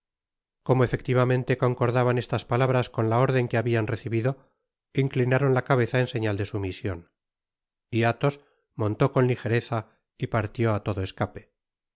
como efectivamente concordaban estas palabras con la órden que habian recibido inclinaron la cabeza en señal de sumision y athos montó con lijereza y partió á todo escape